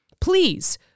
Please